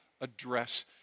address